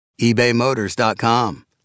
ebaymotors.com